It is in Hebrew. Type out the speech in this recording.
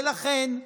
ולכן,